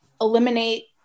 eliminate